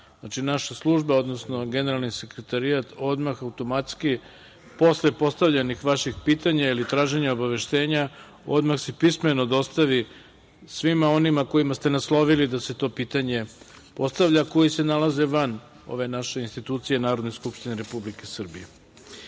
Znači, naše službe, odnosno Generalni sekretarijat odmah automatski posle postavljenih vaših pitanja ili traženja obaveštenja odmah se pismeno dostavi svima onima kojima ste naslovili da se to pitanje postavlja, koji se nalaze van ove naše institucije Narodne skupštine Republike